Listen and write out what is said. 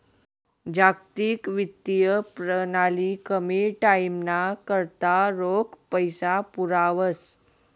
जागतिक वित्तीय प्रणाली कमी टाईमना करता रोख पैसा पुरावस